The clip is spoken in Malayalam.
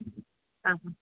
ആ